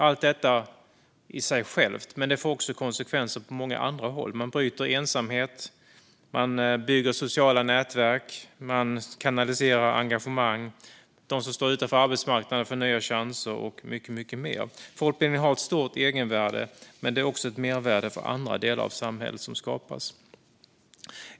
Allt detta sker för dess egen skull, men det får också konsekvenser på många andra håll. Man bryter ensamhet, bygger sociala nätverk och kanaliserar engagemang. De som står utanför arbetsmarknaden får nya chanser, och mycket mer sker. Folkbildningen har ett stort egenvärde, men det skapas också ett mervärde för andra delar av samhället.